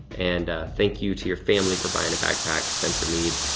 and thank you to your family for buying a backpack, spencer mead.